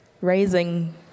raising